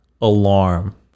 alarm